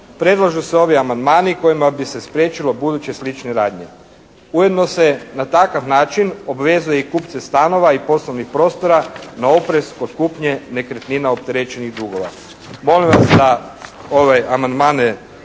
predlažu se ovi amandmani kojima bi se spriječilo buduće slične radnje. Ujedno se na takav način obvezuje i kupce stanova i poslovnih prostora na oprez kod kupnje nekretnina opterećenih dugova.